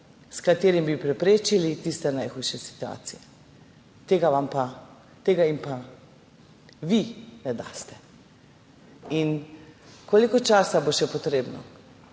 s katerim bi preprečili tiste najhujše situacije. Tega jim pa vi ne daste. Koliko časa bo še potrebnega,